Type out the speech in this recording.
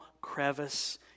crevice